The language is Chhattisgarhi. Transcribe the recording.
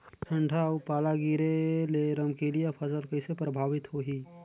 ठंडा अउ पाला गिरे ले रमकलिया फसल कइसे प्रभावित होही?